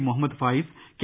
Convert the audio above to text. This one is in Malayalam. മുഹമ്മദ് ഫായിസ് കെ